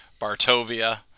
bartovia